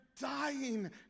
dying